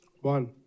one